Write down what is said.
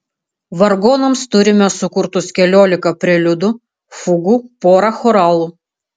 vargonams turime sukurtus keliolika preliudų fugų porą choralų